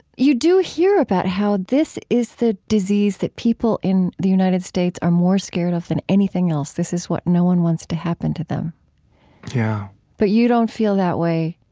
you do hear about how this is the disease that people in the united states are more scared of than anything else. this is what no one wants to happen to them yeah but you don't feel that way,